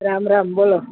રામ રામ બોલો